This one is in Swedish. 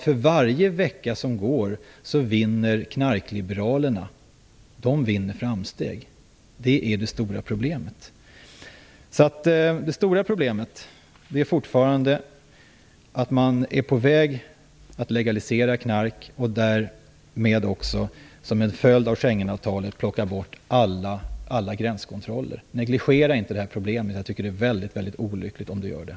För varje vecka som går vinner knarkliberalerna framsteg. Det är det stora problemet. Det stora problemet är alltså att man fortfarande är på väg att legalisera knark, och som en följd av Schengenavtalet plockar man bort alla gränskontroller. Negligera inte detta problem! Det vore väldigt olyckligt om Laila Freivalds gjorde det.